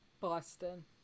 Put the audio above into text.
Boston